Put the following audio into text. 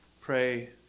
pray